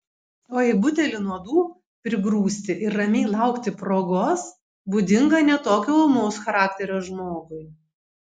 o į butelį nuodų prigrūsti ir ramiai laukti progos būdinga ne tokio ūmaus charakterio žmogui